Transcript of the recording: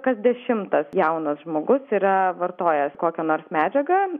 kas dešimtas jaunas žmogus yra vartojęs kokią nors medžiagą